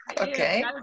okay